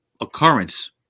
occurrence